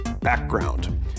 background